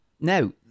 Now